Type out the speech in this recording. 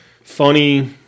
funny